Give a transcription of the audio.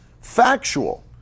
factual